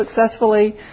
successfully